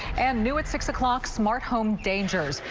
and new at six o'clock smart home dangers,